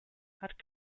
hat